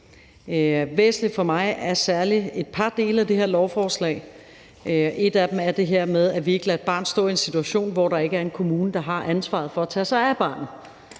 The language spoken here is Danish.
Væsentligt for mig er særlig et par dele af det her lovforslag. En af dem er det her med, at vi ikke lader et barn stå i en situation, hvor der ikke er en kommune, der har ansvaret for at tage sig af barnet.